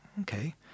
okay